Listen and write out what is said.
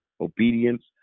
obedience